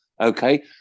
Okay